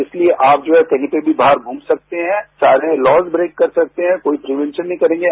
इसलिए आप जो हैं कहीं पर भी बाहर घूम सकते हैं चाहे लॉज ब्रेक कर सकते हैं कोई प्रिवेंशन नहीं करेंगे